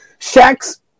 Shaq's